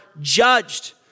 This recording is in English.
judged